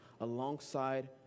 alongside